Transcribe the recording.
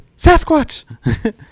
Sasquatch